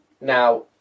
Now